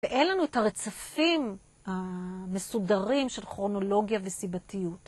ואין לנו את הרצפים המסודרים של כרונולוגיה וסיבתיות.